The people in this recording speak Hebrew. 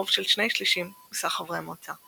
ברוב של שני שלישים מסך חברי המועצה.